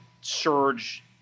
surge